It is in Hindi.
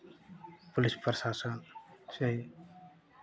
पुलिस प्रशासन से